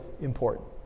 important